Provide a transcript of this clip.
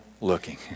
looking